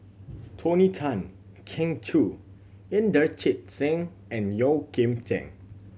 Tony Tan Keng Joo Inderjit Singh and Yeoh Ghim Seng